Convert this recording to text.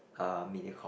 uh Mediacorp